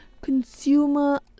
consumer